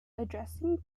addressing